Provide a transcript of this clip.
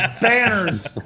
banners